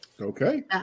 okay